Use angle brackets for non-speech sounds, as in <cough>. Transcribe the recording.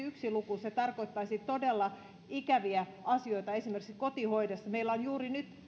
<unintelligible> yksi luku se tarkoittaisi todella ikäviä asioita esimerkiksi kotihoidossa meillä on juuri